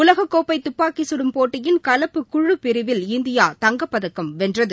உலகக் கோப்பை துப்பாக்கிச்சுடும் போட்டியின் கலப்பு குழு பிரிவில் இந்தியா தங்கப் பதக்கம் வென்றது